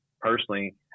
personally